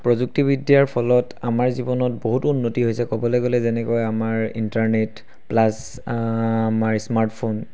প্ৰযুক্তিবিদ্যাৰ ফলত আমাৰ জীৱনত বহুতো উন্নতি হৈছে ক'বলৈ গ'লে যেনেকৈ আমাৰ ইণ্টাৰনেট প্লাছ আমাৰ স্মাৰ্টফোন